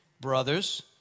brothers